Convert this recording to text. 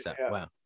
Wow